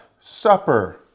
Supper